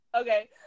okay